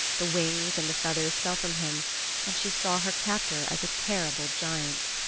the wings and the feathers fell from him and she saw her captor as a terrible giant.